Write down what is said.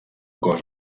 cos